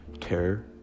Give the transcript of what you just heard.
terror